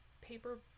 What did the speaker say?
paper